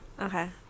okay